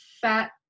fat